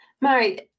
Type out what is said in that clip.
Mary